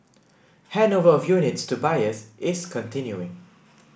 handover of units to buyers is continuing